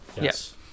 yes